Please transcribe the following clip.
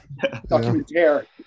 Documentary